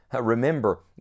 Remember